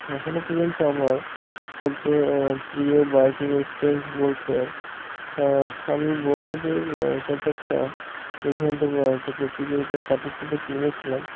এখনও পর্যন্ত আমার সবচেয়ে প্রিয় বাইকিং এক্সপিরিয়েন্স বলতে আমি বন্ধুদের সাথে একটা ইভেন্ট বা একটা প্রতিযোগিতায় পার্টিসিপেট নিয়েছিলাম